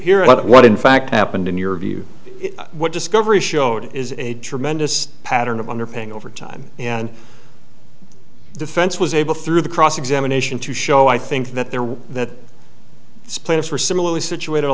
about what in fact happened in your view what discovery showed is a tremendous pattern of underpaying over time and the fence was able through the cross examination to show i think that there were that splits were similarly situated